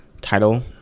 title